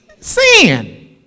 Sin